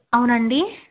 అవునండి